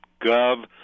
gov